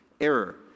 Error